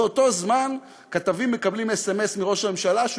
באותו זמן כתבים מקבלים סמ"ס מראש הממשלה שהוא